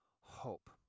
hope